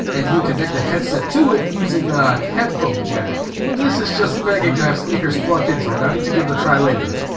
and you connect the headset to it using a headphone jack. this is just begging to have speakers plugged into it i'll need to give it a try later.